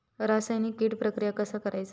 रासायनिक कीड प्रक्रिया कसा करायचा?